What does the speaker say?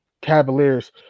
Cavaliers